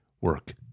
work